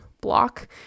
block